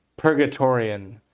purgatorian